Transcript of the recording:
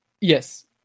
Yes